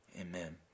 amen